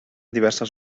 diverses